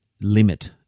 limit